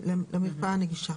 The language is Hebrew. למרפאה הנגישה.